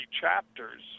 chapters